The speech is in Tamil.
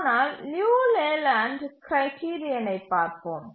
ஆனால் லியு லேலேண்ட் கிரைடிரியனை பார்ப்போம்